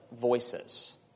voices